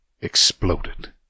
exploded